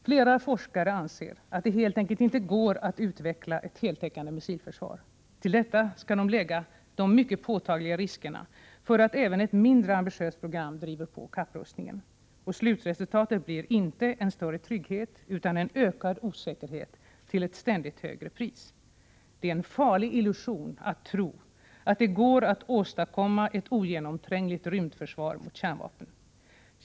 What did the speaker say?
Flertalet forskare anser att det helt enkelt inte går att utveckla ett heltäckande missilförsvar. Till detta skall läggas de mycket påtagliga riskerna för att även ett mindre ambitiöst program kan komma att driva på rustningarna. Och slutresultatet blir inte en större trygghet utan en ökad osäkerhet till ett ständigt högre pris. Det är en farlig illusion att tro att det går att åstadkomma ett ogenomträngligt rymdförsvar mot kärnvapen.